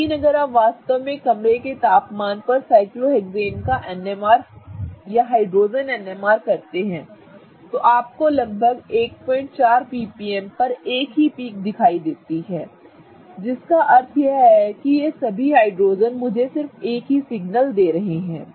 लेकिन अगर आप वास्तव में कमरे के तापमान पर साइक्लोहेक्सेन का NMR हाइड्रोजन NMR करते हैं तो आपको लगभग 14 ppm पर एक ही पीक दिखाई देती है जिसका मूल अर्थ है कि ये सभी हाइड्रोजेन मुझे सिर्फ एक सिग्नल दे रहे हैं